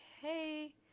hey